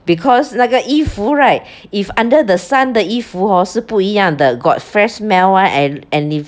because 那个衣服 right if under the sun 的衣服 hor 是不一样的 got fresh smell one and and if